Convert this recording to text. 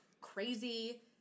crazy